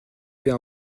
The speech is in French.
fait